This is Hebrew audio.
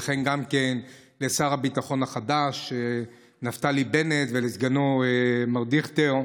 וכן גם לשר הביטחון החדש נפתלי בנט ולסגנו מר דיכטר.